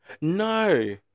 No